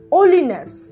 Holiness